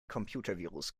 computervirus